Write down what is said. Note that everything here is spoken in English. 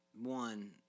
one